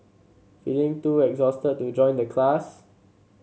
feeling too exhausted to join the class